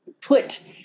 put